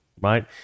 Right